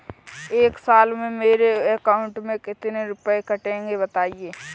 एक साल में मेरे अकाउंट से कितने रुपये कटेंगे बताएँ?